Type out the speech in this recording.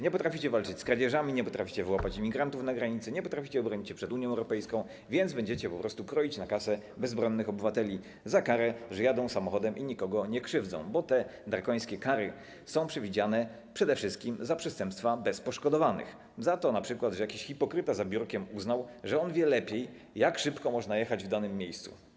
Nie potraficie walczyć z kradzieżami, nie potraficie wyłapać imigrantów na granicy, nie potraficie obronić się przed Unią Europejską, więc będziecie po prostu kroić na kasę bezbronnych obywateli za karę, że jadą samochodem i nikogo nie krzywdzą, bo te drakońskie kary są przewidziane przede wszystkim za przestępstwa bez poszkodowanych, np. za to, że jakiś hipokryta za biurkiem uznał, że on wie lepiej, jak szybko można jechać w danym miejscu.